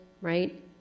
right